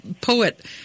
poet